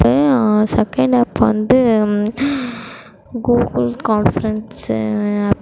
second app வந்து Google conference ஆப்பு